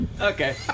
Okay